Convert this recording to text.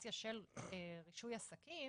לרגולציה של רישוי עסקים,